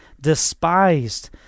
despised